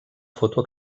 foto